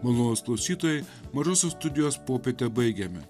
malonūs klausytojai mažosios studijos popietę baigiame